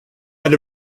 and